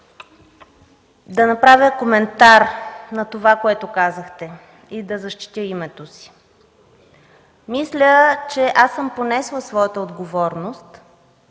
да направя коментар на това, което казахте и да защитя името си. Мисля, че съм понесла своята отговорност